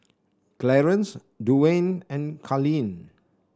Clarnce Duwayne and Carlene